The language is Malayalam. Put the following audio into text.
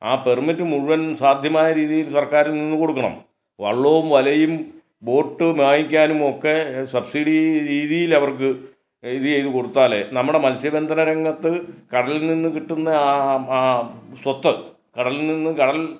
ആ പെർമിറ്റ് മുഴുവൻ സാധ്യമായ രീതിയിൽ സർക്കാരിൽ നിന്ന് കൊടുക്കണം വള്ളവും വലയും ബോട്ട് വാങ്ങിക്കാനും ഒക്കെ സബ്സിഡി രീതിയിൽ അവർക്ക് എഴുതി അങ്ങ് കൊടുത്താലേ നമ്മുടെ മത്സ്യബന്ധന രംഗത്ത് കടലിൽ നിന്ന് കിട്ടുന്ന സ്വത്ത് കടലിൽ നിന്ന് കടൽ